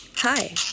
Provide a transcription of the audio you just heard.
Hi